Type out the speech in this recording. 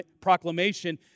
proclamation